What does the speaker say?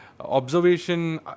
observation